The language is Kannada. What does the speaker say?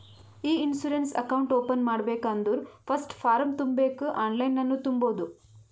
ಇ ಇನ್ಸೂರೆನ್ಸ್ ಅಕೌಂಟ್ ಓಪನ್ ಮಾಡ್ಬೇಕ ಅಂದುರ್ ಫಸ್ಟ್ ಫಾರ್ಮ್ ತುಂಬಬೇಕ್ ಆನ್ಲೈನನ್ನು ತುಂಬೋದು